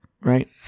right